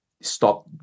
stop